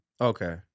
Okay